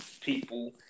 people